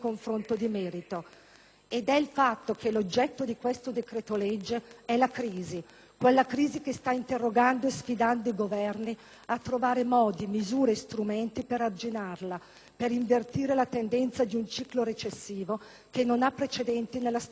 Ed è il fatto che l'oggetto di questo decreto-legge è la crisi, quella crisi che sta interrogando e sfidando i Governi a trovare modi, misure e strumenti per arginarla, per invertire la tendenza di un ciclo recessivo che non ha precedenti nella storia del mondo moderno,